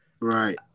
Right